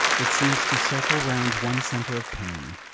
it seems to circle round one centre of pain.